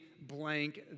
blank